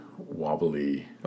Wobbly